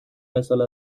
مثال